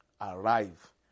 arrive